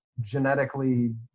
genetically